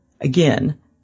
again